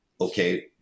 okay